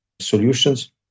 solutions